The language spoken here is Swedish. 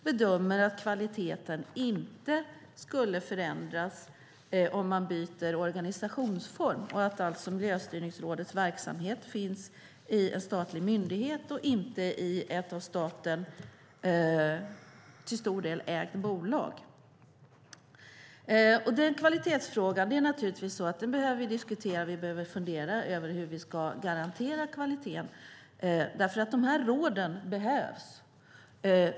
Båda bedömer att kvaliteten inte förändras om man byter organisationsform så att Miljöstyrningsrådets verksamhet finns i en statlig myndighet och inte i ett bolag som till stor del ägs av staten. Det är en kvalitetsfråga. Naturligtvis behöver vi diskutera och fundera över hur vi ska garantera kvaliteten. De här råden behövs.